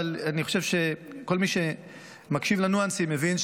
אבל אני חושב שכל מי שמקשיב לניואנסים מבין,